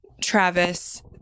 Travis